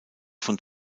von